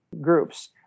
groups